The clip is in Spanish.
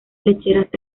lecheras